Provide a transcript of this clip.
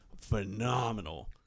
phenomenal